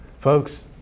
Folks